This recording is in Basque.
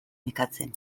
nekatzen